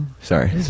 sorry